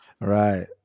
right